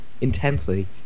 intensely